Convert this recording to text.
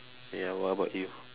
ya what about you